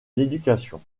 l’éducation